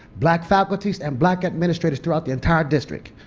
black faculties and black administrators throughout the entire district.